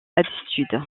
altitude